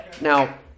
Now